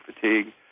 fatigue